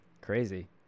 Crazy